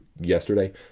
yesterday